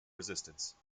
resistance